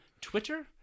Twitter